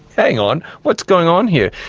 hang on, what's going on here?